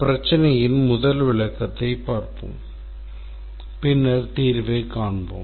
பிரச்சினையின் முதல் விளக்கத்தைப் பார்ப்போம் பின்னர் தீர்வைக் காண்போம்